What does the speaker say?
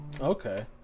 Okay